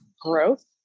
growth